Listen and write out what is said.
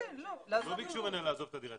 לא ביקשו ממנה לעזוב את הדירה,